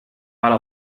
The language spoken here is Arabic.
على